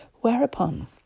Whereupon